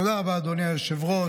תודה רבה, אדוני היושב-ראש.